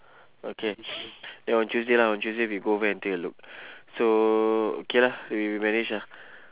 okay then on tuesday lah on tuesday we go back and take a look so okay lah you you manage lah